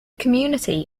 community